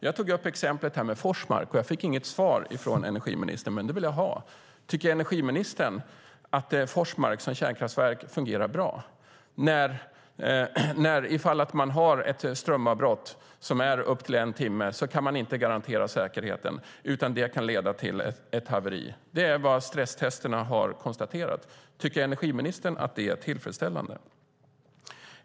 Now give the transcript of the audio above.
Jag tog upp exemplet Forsmark men fick inget svar från energiministern. Det vill jag ha. Tycker energiministern att Forsmark som kärnkraftverk fungerar bra när man med ett strömavbrott på upp till en timme inte kan garantera säkerheten, utan det kan leda till ett haveri? Det är vad stresstesterna har visat. Tycker energiministern att det är tillfredsställande?